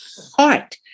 heart